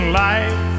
life